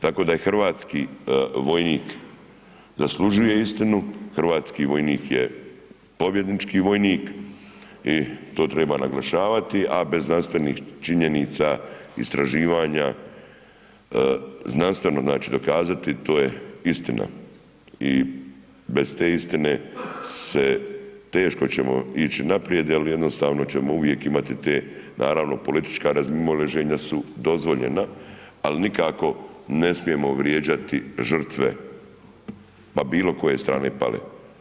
Tako da hrvatski vojnik zaslužuje istinu, hrvatski vojnik je pobjednički vojnik i to treba naglašavati a bez znanstvenih činjenica, istraživanja, znanstveno znači dokazati a to je istina i bez te istine teško ćemo ići naprijed jer jednostavno ćemo uvijek imati te naravno politička razmimoilaženja su dozvoljena ali nikako ne smijemo vrijeđati žrtve pa bilokoje strane pale.